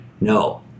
No